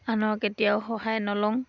আনৰ কেতিয়াও সহায় নলওঁ